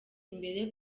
imbere